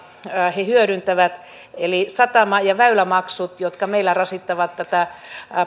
he hyödyntävät eli satama ja väylämaksut jotka meillä rasittavat tätä